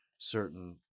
certain